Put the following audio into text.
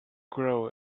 grow